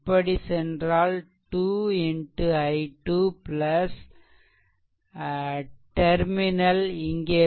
இப்படி சென்றால் 2 x i2 terminal இங்கே